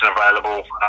available